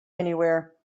anywhere